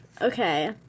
Okay